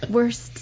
Worst